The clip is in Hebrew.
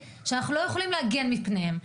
שאנחנו לא יכולים להגן מפניהן,